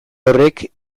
horrek